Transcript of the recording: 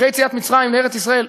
אחרי יציאת מצרים לארץ-ישראל,